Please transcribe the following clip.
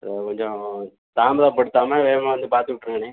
கொஞ்சம் தாமதப்படுத்தாமல் வேகமாக வந்து பார்த்துவுட்ருங்கண்ணே